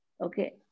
okay